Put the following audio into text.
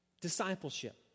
Discipleship